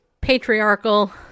patriarchal